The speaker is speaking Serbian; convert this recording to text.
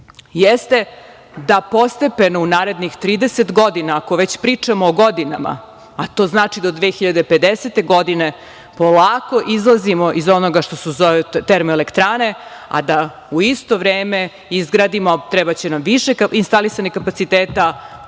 da postepeno u narednih 30 godina, ako već pričamo o godinama, a to znači do 2050. godine, polako izlazimo iz onoga što se zove termoelektrane, a da u isto vreme izgradimo, trebaće nam više instalisanih kapaciteta,